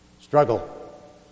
Struggle